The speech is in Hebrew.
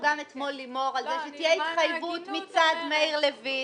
גם אתמול אנחנו דיברנו על זה שתהיה התחייבות מצד מאיר לוין